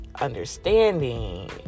understanding